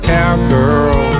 Cowgirl